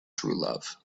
truelove